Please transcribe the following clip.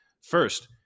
First